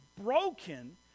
broken